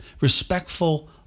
respectful